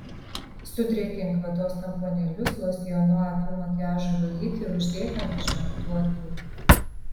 sudrėkink vatos tamponėlius losjonu akių makiažui valyti ir uždėk ant užmerktų akių